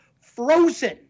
Frozen